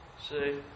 See